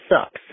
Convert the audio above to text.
sucks